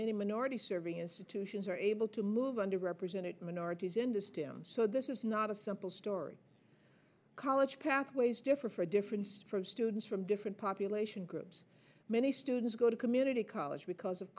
many minority serving institutions are able to move under represented minorities into stem so this is not a simple story college pathways differ for different from students from different population groups many students go to community college because of